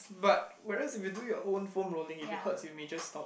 but whereas if you do your own foam rolling if it hurts you may just stop